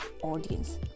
audience